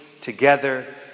together